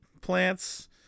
plants